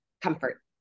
comfort